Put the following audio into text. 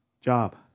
job